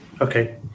Okay